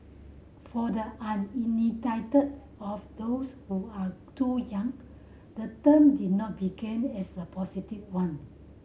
for the uninitiated of those who are too young the term did not begin as a positive one